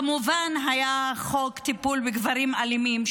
כמובן, היה חוק לטיפול בגברים אלימים.